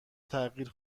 تغییر